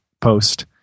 post